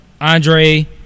Andre